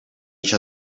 each